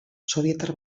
sobietar